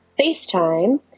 FaceTime